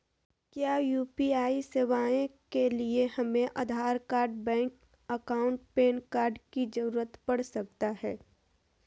क्या यू.पी.आई सेवाएं के लिए हमें Aadhaar card bank account PAN card की जरूरत पड़ सकता है?